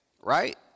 Right